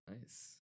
nice